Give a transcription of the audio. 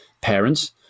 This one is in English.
parents